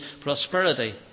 prosperity